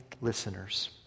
listeners